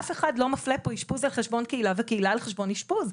אף אחד לא מפלה פה אשפוז על חשבון קהילה וקהילה על חשבון אשפוז,